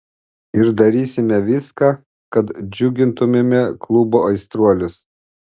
ir darysime viską kad džiugintumėme klubo aistruolius